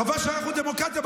חבל שאנחנו דמוקרטיה.